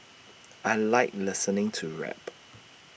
I Like listening to rap